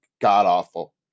god-awful